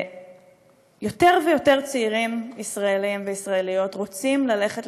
ויותר ויותר צעירים ישראלים וישראליות רוצים ללכת